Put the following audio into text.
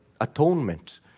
atonement